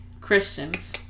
Christians